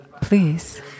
please